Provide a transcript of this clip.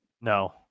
No